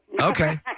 Okay